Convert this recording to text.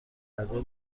غذای